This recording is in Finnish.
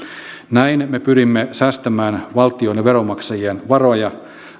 näin me pyrimme säästämään valtion ja veronmaksajien varoja